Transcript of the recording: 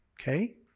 Okay